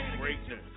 greatness